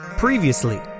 Previously